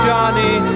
Johnny